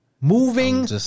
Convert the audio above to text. Moving